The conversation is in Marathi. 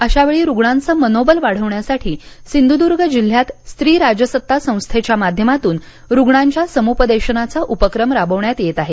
अशावेळी रुग्णांचं मनोबल वाढवण्यासाठी सिंधुदूर्ग जिल्ह्यात स्त्री राजसत्ता संस्थेच्या माध्यमातून रुग्णांच्या समुपदेशनाचा उपक्रम राबवण्यात येत आहे